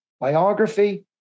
biography